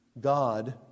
God